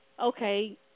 Okay